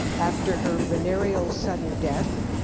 after her venereal sudden death,